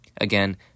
Again